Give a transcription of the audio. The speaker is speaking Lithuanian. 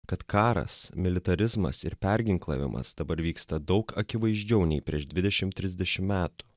kad karas militarizmas ir perginklavimas dabar vyksta daug akivaizdžiau nei prieš dvidešimt trisdešim metų